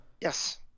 Yes